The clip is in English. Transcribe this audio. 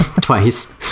twice